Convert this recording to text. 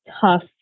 tough